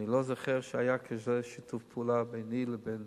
אני לא זוכר שהיה כזה שיתוף פעולה ביני לבין